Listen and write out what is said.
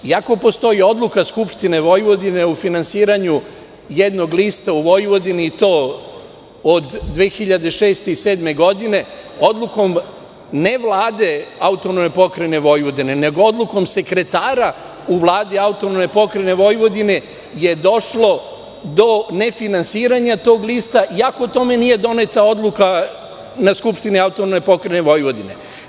Iako postoji odluka Skupštine Vojvodine o finansiranju jednog lista u Vojvodini i to od 2006. i 2007. godine, odlukom ne Vlade AP Vojvodine, nego odlukom sekretara u Vladi AP Vojvodine, je došlo do nefinansiranja tog lista, iako o tome nije doneta odluka na Skupštini AP Vojvodine.